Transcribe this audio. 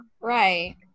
right